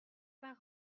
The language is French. parole